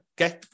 okay